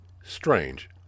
strange